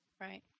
Right